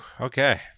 Okay